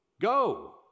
Go